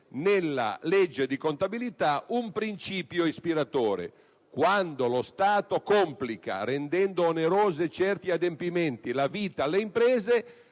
nella legge di contabilità un principio ispiratore: quando lo Stato, rendendo onerosi certi adempimenti, complica la vita alle imprese,